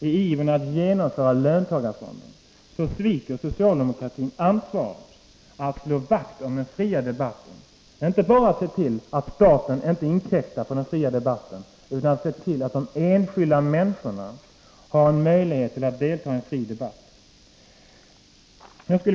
I ivern att genomföra löntagarfonderna sviker socialdemokratin ansvaret att slå vakt om den fria debatten. Det gäller inte bara att se till att staten inte inkräktar på den fria debatten, utan också att se till att de enskilda människorna har möjlighet att delta i en fri debatt.